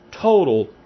total